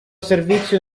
servizio